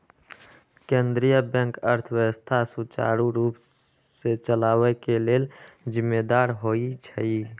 केंद्रीय बैंक अर्थव्यवस्था सुचारू रूप से चलाबे के लेल जिम्मेदार होइ छइ